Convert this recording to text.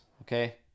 Okay